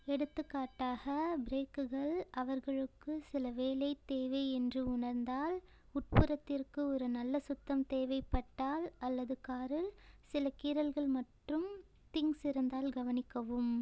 எடுத்துக்காட்டாக பிரேக்குகள் அவர்களுக்கு சில வேலை தேவை என்று உணர்ந்தால் உட்புறத்திற்கு ஒரு நல்ல சுத்தம் தேவைப்பட்டால் அல்லது காரில் சில கீறல்கள் மற்றும் திங்க்ஸ் இருந்தால் கவனிக்கவும்